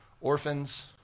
orphans